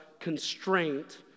constraint